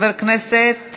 חבר הכנסת